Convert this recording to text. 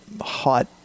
hot